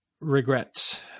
regrets